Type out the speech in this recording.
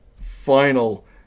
Final